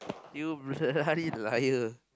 you bloody liar